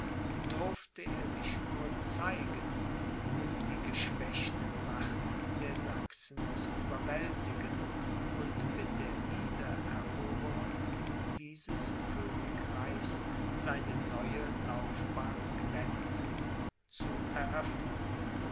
durfte er sich nur zeigen um die geschwächte macht der sachsen zu überwältigen und mit der wiedereroberung dieses königreichs seine neue laufbahn glänzend zu eröffnen